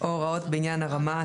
הוראות בעניין הרמה,